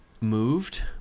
moved